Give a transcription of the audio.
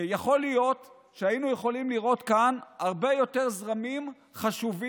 יכול להיות שהיינו יכולים לראות כאן הרבה יותר זרמים חשובים